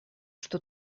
что